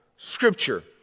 Scripture